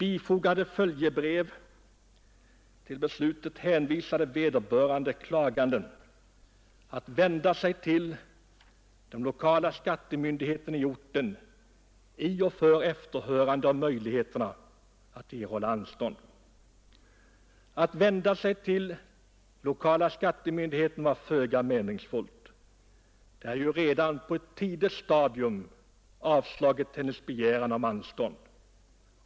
I följebrev hänvisades vederbörande klagande att vända sig till den lokala skattemyndigheten i orten i och för efterhörande om möjligheterna att erhålla anstånd. Att vända sig till lokala skattemyndigheten var föga meningsfullt. Den hade ju redan på ett tidigt stadium avslagit hennes begäran om anstånd.